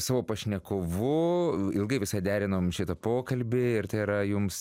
savo pašnekovu ilgai visa derinom šitą pokalbį ir tai yra jums